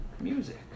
music